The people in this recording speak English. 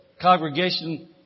congregation